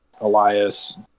Elias